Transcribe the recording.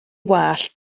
wallt